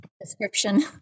description